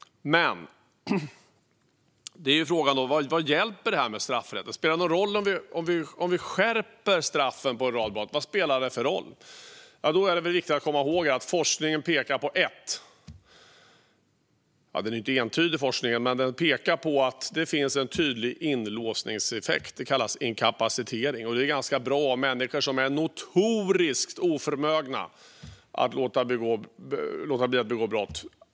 Vad hjälper då straffrätten? Spelar det någon roll om vi skärper straffen för en rad brott? Det är viktigt att komma ihåg att forskningen - även om den inte är entydig - pekar på att det finns en tydlig inlåsningseffekt. Det kallas inkapacitering. Detta är ganska bra när det gäller människor som är notoriskt oförmögna att låta bli att begå brott.